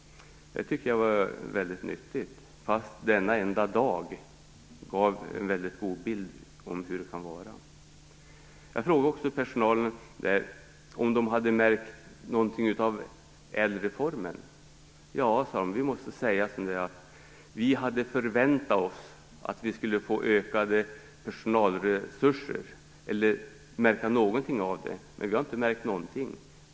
Det tycker jag var väldigt nyttigt. Denna enda dag gav en väldigt god bild av hur det kan vara. Jag frågade också personalen där om de hade märkt någonting av ÄDEL-reformen, men de sade: Vi måste säga som det är. Vi hade förväntat oss att vi skulle få ökade personalresurser eller något annat, men vi har inte märkt någonting sådant.